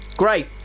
Great